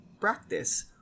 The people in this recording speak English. Practice